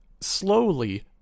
slowly